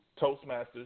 Toastmasters